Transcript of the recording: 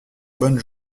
bonnes